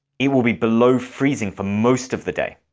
it will be below freezing for most of the day.